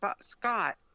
Scott